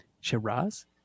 Shiraz